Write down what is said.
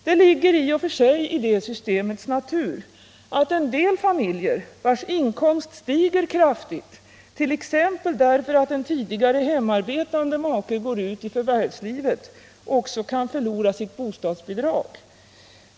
Det ligger i och för sig i detta systems natur att en del familjer, vilkas inkomster stiger kraftigt t.ex. därför att en tidigare hemarbetande make går ut i förvärvslivet, också kan förlora sitt bostadsbidrag.